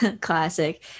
classic